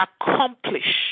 accomplish